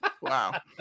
wow